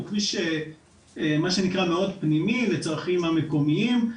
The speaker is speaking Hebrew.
הוא כביש מה שנקרא מאוד פנימי, לצרכים המקומיים.